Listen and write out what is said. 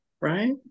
right